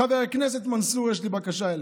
חבר הכנסת מנסור, יש לי בקשה אליך.